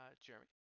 Jeremy